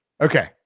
Okay